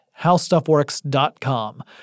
howstuffworks.com